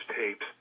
tapes